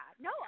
No